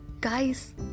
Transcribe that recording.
guys